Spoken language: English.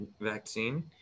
vaccine